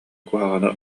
куһаҕаны